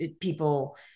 people